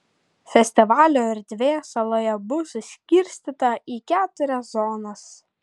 festivalio erdvė saloje bus suskirstyta į keturias zonas